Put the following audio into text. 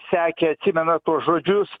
sekė atsimena tuos žodžius